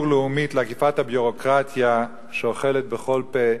לאומי לעקיפת הביורוקרטיה שאוכלת בכל פה,